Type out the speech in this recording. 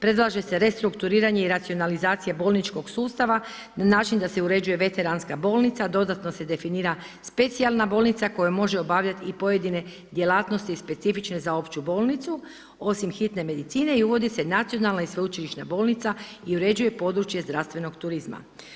Predlaže se restrukturiranje i racionalizacija bolničkog sustava na način da se uređuje veteranska bolnica, dodatno se definira specijalna bolnica koja može obavljati i pojedine djelatnosti specifične za opću bolnicu osim hitne medicine i uvodi se nacionalna i sveučilišna bolnica i uređuje područje zdravstvenog turizma.